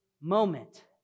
moment